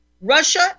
Russia